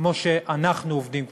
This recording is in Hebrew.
כמו שאנחנו עובדים, תודה.